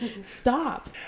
Stop